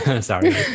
sorry